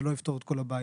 זה לא יפתור את כל הבעיה,